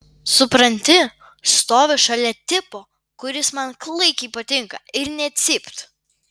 supranti stoviu šalia tipo kuris man klaikiai patinka ir nė cypt